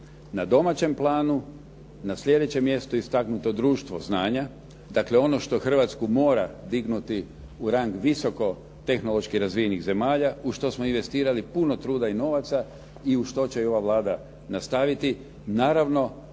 Na domaćem planu na sljedećem mjestu istaknuto je društvo znanja, dakle ono što Hrvatsku mora dignuti u rang visoko tehnološki razvijenih zemalja, u što smo investirali puno truda i novaca i što će i ova Vlada nastaviti, naravno